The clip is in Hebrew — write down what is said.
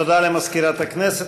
תודה למזכירת הכנסת.